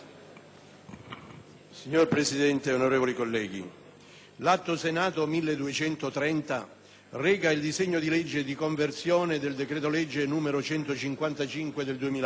Signor Presidente, onorevoli colleghi, l'Atto Senato n. 1230 reca il disegno di legge di conversione del decreto-legge n. 155 del 2008.